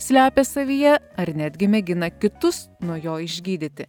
slepia savyje ar netgi mėgina kitus nuo jo išgydyti